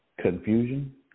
confusion